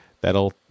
that'll